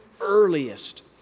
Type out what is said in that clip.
earliest